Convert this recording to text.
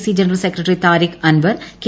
C general secretary Tariq Anwar K